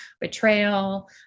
betrayal